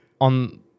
on